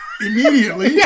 immediately